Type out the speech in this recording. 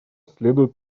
следует